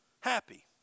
happy